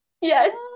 Yes